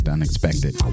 unexpected